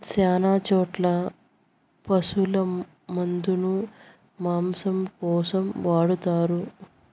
శ్యాన చోట్ల పశుల మందను మాంసం కోసం వాడతారు